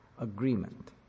agreement